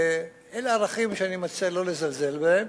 אלה ערכים שאני מציע שלא לזלזל בהם.